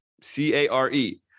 C-A-R-E